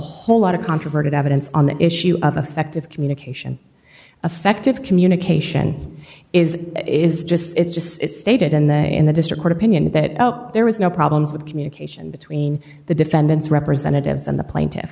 whole lot of controverted evidence on the issue of effective communication effective communication is is just it's just it's stated in the in the district court opinion that out there was no problems with communication between the defendants representatives and the pla